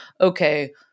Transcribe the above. okay